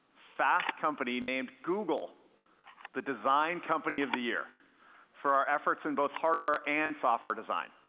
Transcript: fast company named google the design company of the year for our efforts in both hardware and software design.